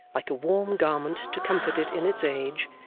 like a warm garment to comfort it in its age,